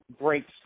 breaks